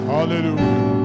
Hallelujah